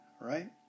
Right